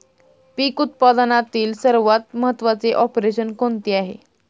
पीक उत्पादनातील सर्वात महत्त्वाचे ऑपरेशन कोणते आहे?